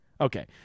Okay